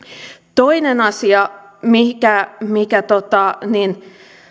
toinen asia mikä